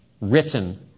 written